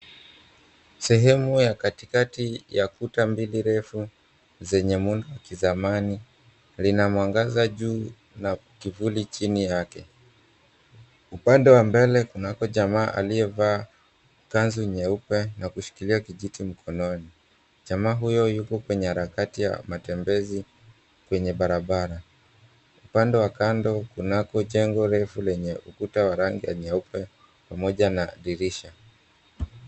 Sehemu ya katikati ya kuta mbili refu zenye muundo wa kizamani lina mwangaza juu na kivuli chini yake. Upande wa mbele kunako jamaa aliyevaa kanzu nyeupe na kushikilia kijiti mkononi. Jamaa huyo yuko kwenye harakati ya matembezi kwenye barabara. Upande wa kando kunako jengo refu lenye ukuta wa rangi ya nyeupe pamoja na dirisha.